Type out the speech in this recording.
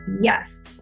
Yes